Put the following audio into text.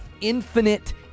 infinite